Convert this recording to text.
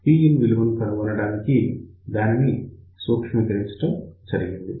Pin విలువ కనుగొనటానికి దానిని ఇంకా సూక్ష్మీకరించడం జరిగింది